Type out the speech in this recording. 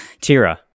Tira